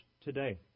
today